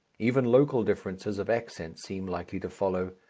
even local differences of accent seem likely to follow.